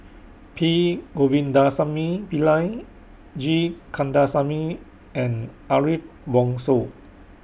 P Govindasamy Pillai G Kandasamy and Ariff Bongso